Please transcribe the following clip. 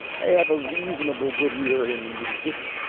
i have a reasonable good ear in music.